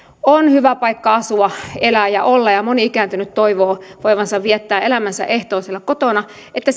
on hyvä paikka asua elää ja olla ja moni ikääntynyt toivoo voivansa viettää elämänsä ehtoon siellä kotona eli että